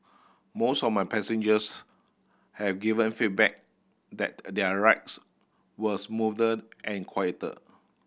most of my passengers have given feedback that their rides were smoother and quieter